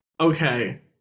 Okay